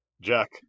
Jack